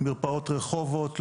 מרפאות רחובות,